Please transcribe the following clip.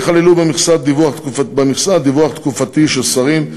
ייכללו במכסה דיווח תקופתי של שרים,